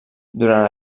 durant